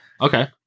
Okay